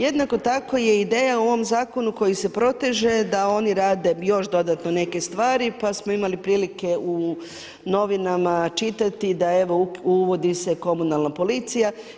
Jednako tako je ideja u ovom zakonu koja se proteže da oni rade još dodatno neke stvari, pa smo imali prilike u novinama čitati da evo uvodi se komunalna policija.